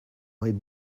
might